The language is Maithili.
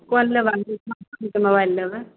को लेबय मोबाइल लेबय